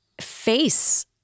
face